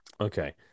Okay